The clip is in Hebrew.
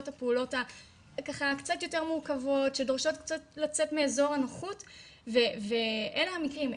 הפעולות הקצת יותר מורכבות שדורשות קצת לצאת מאזור הנוחות ואלה המקרים,